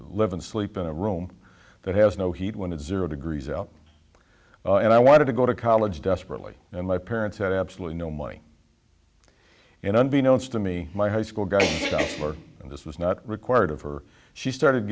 and sleep in a room that has no heat when it's zero degrees out and i wanted to go to college desperately and my parents had absolutely no money and unbeknownst to me my high school got more and this was not required of her she started